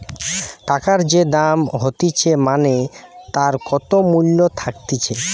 টাকার যে দাম হতিছে মানে তার কত মূল্য থাকতিছে